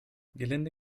gelinde